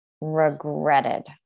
regretted